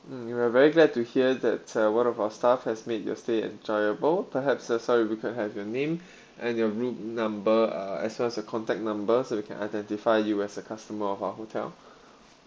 mm we are very glad to hear that uh one of our staff has made your stay enjoyable perhaps that's how we could have your name and your room number uh as well as your contact numbers so we can identify you as a customer of our hotel